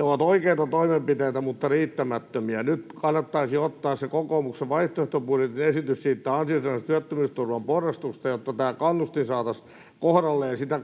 ovat oikeita toimenpiteitä mutta riittämättömiä. Nyt kannattaisi ottaa käyttöön se kokoomuksen vaihtoehtobudjetin esitys ansio-sidonnaisen työttömyysturvan porrastuksesta, jotta tämä kannustin saataisiin kohdalleen ja sitä